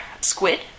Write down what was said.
squid